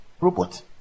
Robot